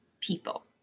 people